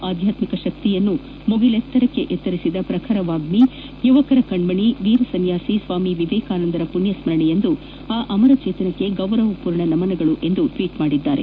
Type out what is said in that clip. ಆಧ್ಯಾಕ್ಕಿಕ ಶಕ್ತಿಯನ್ನೂ ಮುಗಿಲೆತ್ತರಕ್ಕೆ ಎತ್ತರಿಸಿದ ಪ್ರಖರ ವಾಗ್ಯಿ ಯುವಕರ ಕಣ್ಮಣಿ ವೀರ ಸನ್ಯಾಸಿ ಸ್ವಾಮಿ ವಿವೇಕಾನಂದರ ಪುಣ್ಕಸ್ಮರಣೆಯಂದು ಆ ಅಮರ ಜೇತನಕ್ಕೆ ಗೌರವಪೂರ್ಣ ನಮನಗಳನ್ನು ಅರ್ಪಿಸೋಣ ಎಂದು ಟ್ವೀಟ್ ಮಾಡಿದ್ದಾರೆ